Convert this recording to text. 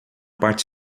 parte